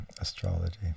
astrology